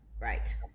Right